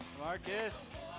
Marcus